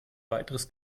weiteres